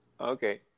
Okay